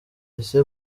ese